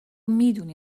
میدونی